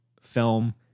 film